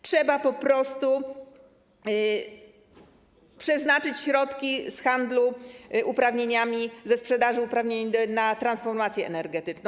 Trzeba po prostu przeznaczyć środki z handlu uprawnieniami, ze sprzedaży uprawnień na transformację energetyczną.